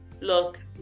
look